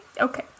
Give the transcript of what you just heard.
Okay